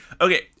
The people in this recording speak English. okay